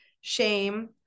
shame